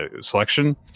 selection